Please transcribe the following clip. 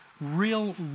real